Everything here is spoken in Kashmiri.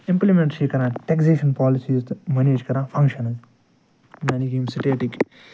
اِمپُلمٮ۪نٛٹ چھِ یہِ کَران ٹیکزیٚشن پالسیٖز تہٕ منیج کَران فنگشنٕٛز یعنی کہِ ییٚمہِ سِٹیٚٹٕکۍ